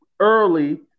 early